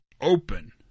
open